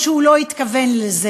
או שהוא לא התכוון לזה,